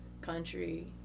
country